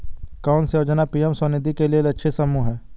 कौन सी योजना पी.एम स्वानिधि के लिए लक्षित समूह है?